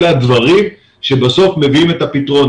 אלה הדברים שבסוף מביאים את הפתרון.